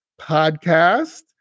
podcast